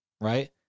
Right